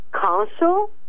council